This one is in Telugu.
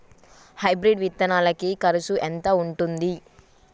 హైబ్రిడ్ విత్తనాలకి కరుసు ఎంత ఉంటది?